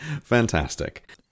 Fantastic